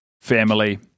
family